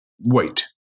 Wait